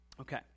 Okay